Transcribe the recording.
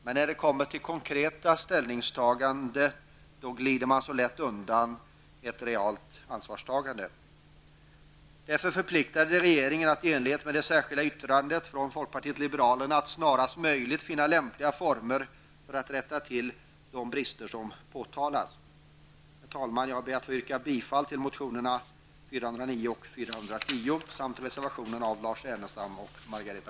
Men när det kommer till konkreta ställningstaganden glider man så lätt undan ett realt ansvarstagande. Därför förpliktar det regeringen att i enlighet med det särskilda yttrandet från folkpartiet liberalerna snarast möjligt finna lämpliga former för att rätta till de brister som har påtalats. Herr talman! Jag ber att få yrka bifall till motionerna Kr409 och Kr410 samt till reservationen av Lars Ernestam och Margareta